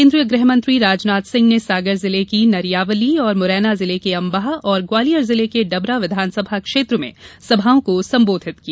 केन्द्रीय गृहमंत्री राजनाथ सिंह ने सागर जिले की नरियावली और मुरैना जिले की अम्बाह और ग्वालियर जिले के डबरा विधानसभा क्षेत्र में सभाओं को संबोधित किया